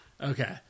Okay